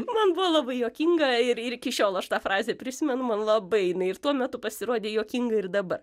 man buvo labai juokinga ir ir iki šiol aš tą frazę prisimenu man labai jinai ir tuo metu pasirodė juokinga ir dabar